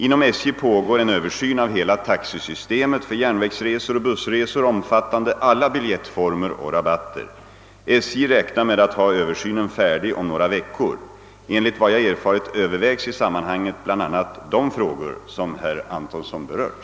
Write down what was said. Inom SJ pågår en översyn av hela taxesystemet för järnvägsresor och bussresor omfattande alla biljettformer och rabatter. SJ räknar med att ha översynen färdig om några veckor. Enligt vad jag erfarit övervägs i sammanhanget bl.a. de frågor som herr Antonsson berört.